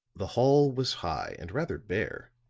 the hall was high and rather bare